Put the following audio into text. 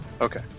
Okay